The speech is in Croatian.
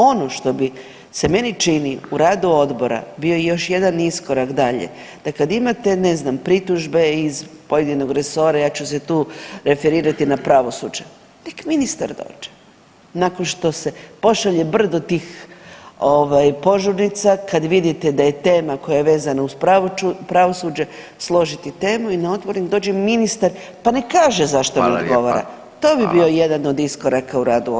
Ono što bi, se meni čini u radu odbora bio još jedan iskorak dalje da kad imate ne znam pritužbe iz pojedinog resora, ja ću se tu referirati na pravosuđe, nek ministar dođe, nakon što se pošalje brdo tih ovaj požurnica, kad vidite da je tema koja je vezana uz pravosuđe složiti temu i … [[Govornik se ne razumije]] dođe ministar, pa nek kaže zašto ne odgovara, to bi bio jedan od iskoraka u radu odbora.